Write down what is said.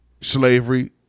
slavery